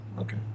okay